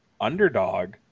underdog